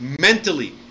mentally